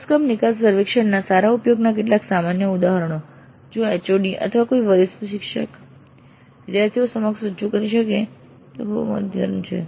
અભ્યાસક્રમ નિકાસ સર્વેક્ષણના સારા ઉપયોગના કેટલાક સામાન્ય ઉદાહરણો જો HOD અથવા જો કોઈ વરિષ્ઠ શિક્ષક વિદ્યાર્થીઓ સમક્ષ રજૂ કરી શકે તો તે ખૂબ જ મદદરૂપ થશે